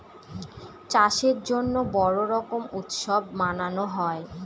চাষের জন্য বড়ো রকম উৎসব মানানো হয়